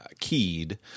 keyed